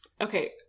okay